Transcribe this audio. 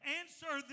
answer